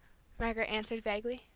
margaret answered vaguely.